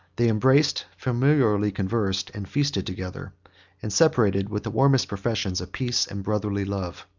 they embraced, familiarly conversed, and feasted together and separated with the warmest professions of peace and brotherly love.